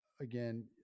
again